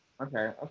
Okay